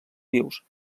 vius